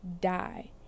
die